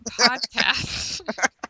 podcast